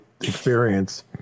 experience